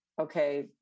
okay